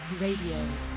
radio